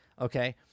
okay